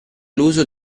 l’uso